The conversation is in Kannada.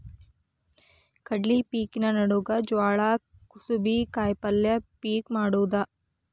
ಕಡ್ಲಿ ಪಿಕಿನ ನಡುವ ಜ್ವಾಳಾ, ಕುಸಿಬಿ, ಕಾಯಪಲ್ಯ ಪಿಕ್ ಮಾಡುದ